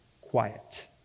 quiet